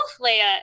leia